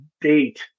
date